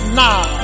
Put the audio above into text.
now